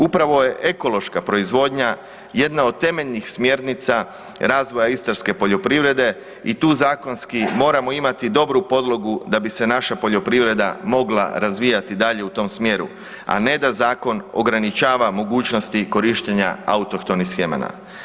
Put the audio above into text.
Upravo je ekološka proizvodnja jedna od temeljnih smjernica razvoja istarske poljoprivrede i tu zakonski moramo imati dobru podlogu da bi se naša poljoprivreda mogla razvijati dalje u tom smjeru, a ne da zakon ograničava mogućnosti korištenja autohtonih sjemena.